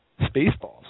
Spaceballs